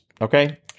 okay